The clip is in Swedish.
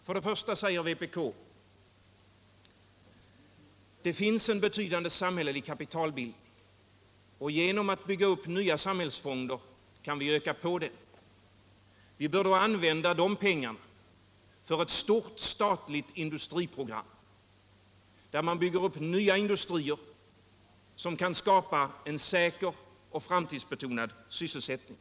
För det första säger vpk: Det finns en betydande samhällelig kapitalbildning, och genom att bygga upp nya samhällsfonder kan vi öka på den. Vi bör då använda de pengarna för ett stort statligt industriprogram, där vi bygger upp nya industrier som kan skapa en säker och framtidsbetonad sysselsättning.